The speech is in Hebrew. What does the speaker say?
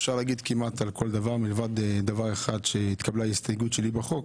אפשר להגיד כמעט על כל דבר מלבד דבר אחד שהתקבלה ההסתייגות שלי בחוק,